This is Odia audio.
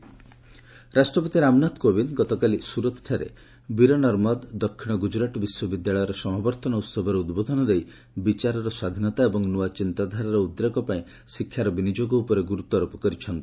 ରାଷ୍ଟ୍ରପତି ଗୁଜରାଟ ରାଷ୍ଟ୍ରପତି ରାମନାଥ କୋବିନ୍ଦ ଗତକାଲି ସୁରତ୍ଠାରେ ବୀରନର୍ମଦ ଦକ୍ଷିଣ ଗ୍ରଜରାଟ ବିଶ୍ୱବିଦ୍ୟାଳୟର ସମାବର୍ଭନ ଉହବରେ ଉଦ୍ବୋଧନ ଦେଇ ବିଚାରର ସ୍ୱାଧୀନତା ଏବଂ ନୂଆ ଚିନ୍ତାଧାରାର ଉଦ୍ରେକ ପାଇଁ ଶିକ୍ଷାର ବିନିଯୋଗ ଉପରେ ଗୁରୁତ୍ୱାରୋପ କରିଛନ୍ତି